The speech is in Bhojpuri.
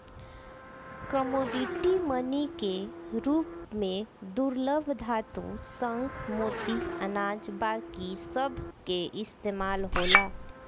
कमोडिटी मनी के रूप में दुर्लभ धातु, शंख, मोती, अनाज बाकी सभ के इस्तमाल होला